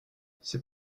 c’est